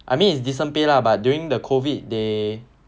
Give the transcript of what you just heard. I mean it's decent pay lah but during the COVID they